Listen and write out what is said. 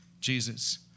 Jesus